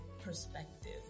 perspective